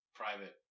private